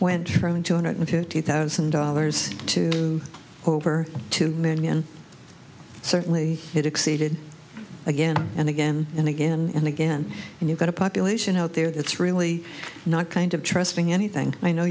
went from two hundred fifty thousand dollars to over two million certainly it exceeded again and again and again and again and you've got a population out there that's really not kind of trusting anything i know